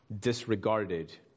disregarded